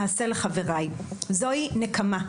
אעשה לחבריי - זו היא נקמה.